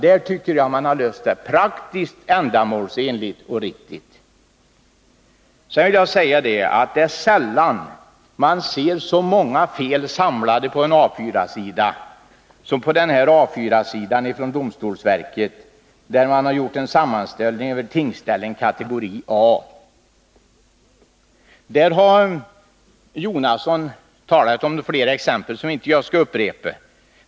Där tycker jag att man löst det hela ändamålsenligt, praktiskt och riktigt. Sedan vill jag säga att det är sällan man ser så många fel samlade på en A 4-sida som på listan från domstolsverket, där man gjort en sammanställning över tingsställen kategori A. Bertil Jonasson har tagit flera exempel, som jag inte skall upprepa.